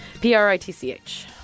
P-R-I-T-C-H